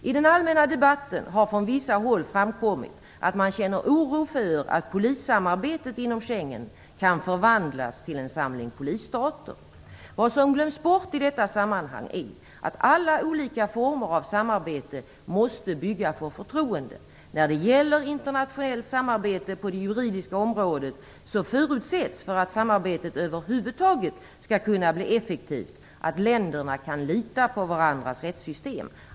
I den allmänna debatten har från vissa håll framkommit att man känner oro för att polissamarbetet inom Schengen kan förvandlas till en samling polisstater. Vad som glöms bort i detta sammanhang är att alla olika former av samarbete måste bygga på förtroende. När det gäller internationellt samarbete på det juridiska området förutsätts, för att samarbetet över huvud taget skall kunna bli effektivt, att länderna kan lita på varandras rättssystem.